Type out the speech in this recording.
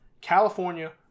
California